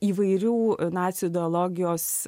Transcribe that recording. įvairių nacių ideologijos